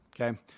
okay